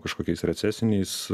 kažkokiais recesiniais